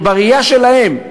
בראייה שלהם,